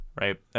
Right